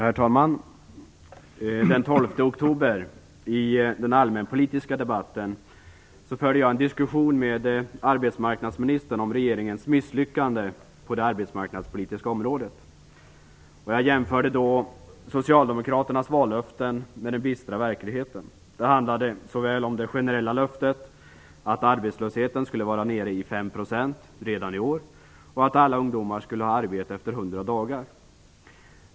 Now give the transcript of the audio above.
Herr talman! I den allmänpolitiska debatten den 12 oktober förde jag en diskussion med arbetsmarknadsministern om regeringens misslyckande på det arbetsmarknadspolitiska området. Jag jämförde då Socialdemokraternas vallöften med den bistra verkligheten. Det handlade om det generella löftet att arbetslösheten skulle vara nere i 5 % redan i år och att alla ungdomar skulle ha arbete efter 100 dagar.